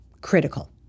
critical